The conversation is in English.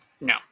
No